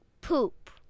Poop